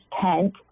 tent